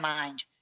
mind